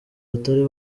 batari